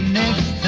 next